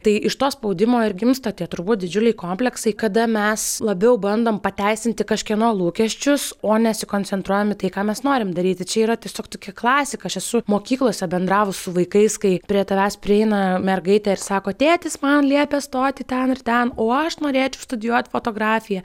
tai iš to spaudimo ir gimsta tie turbūt didžiuliai kompleksai kada mes labiau bandom pateisinti kažkieno lūkesčius o nesikoncentruojam į tai ką mes norim daryti čia yra tiesiog tokia klasika aš esu mokyklose bendravus su vaikais kai prie tavęs prieina mergaitė ir sako tėtis man liepė stoti ten ir ten o aš norėčiau studijuot fotografiją